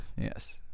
yes